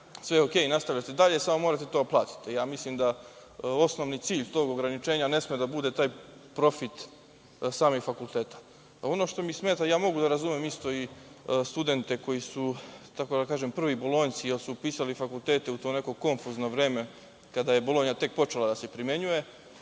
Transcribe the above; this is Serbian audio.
sve je okej, nastavljate dalje, samo morate to da platite. Ja mislim da osnovni cilj tog ograničenja ne sme da bude taj profit samih fakulteta. Ono što mi smeta je sledeće. Ja mogu da razumem i studente koji su prvi bolonjci, jer su upisali fakultete u to neko konfuzno vreme, kada je Bolonja tek počela da se primenjuje